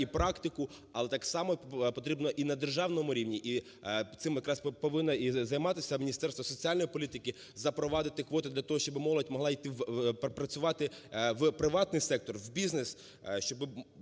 і практику. Але так само потрібно і на державному рівні, і цим якраз повинно і займатися Міністерство соціальної політики, запровадити квоти для того, щоби молодь могла йти працювати в приватний сектор, в бізнес. Щоби